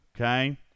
Okay